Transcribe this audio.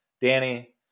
Danny